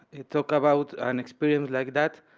talk about an experience like that.